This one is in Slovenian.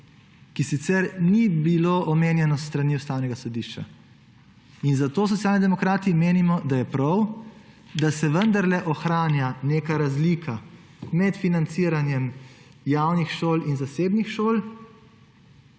ki sicer ni bilo omenjeno s strani Ustavnega sodišča. In zato Socialni demokrati menimo, da je prav, da se vendarle ohranja neka razlika med financiranjem javnih šol in zasebnih šol,